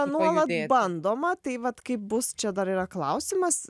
nuolat bandoma tai vat kaip bus čia dar yra klausimas